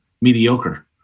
mediocre